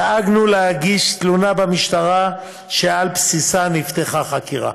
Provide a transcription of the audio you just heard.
דאגנו להגיש תלונה במשטרה, שעל בסיסה נפתחה חקירה.